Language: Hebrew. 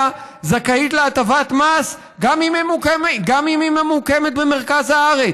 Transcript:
זכאית להטבת מס גם אם היא ממוקמת במרכז הארץ.